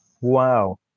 Wow